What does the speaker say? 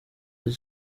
ati